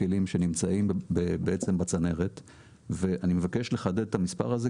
כלים שנמצאים בעצם בצנרת ואני מבקש לחדד את המספר הזה,